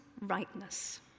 rightness